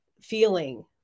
feeling